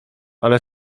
ale